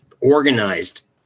organized